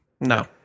No